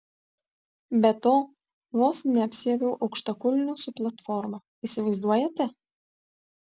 be to vos neapsiaviau aukštakulnių su platforma įsivaizduojate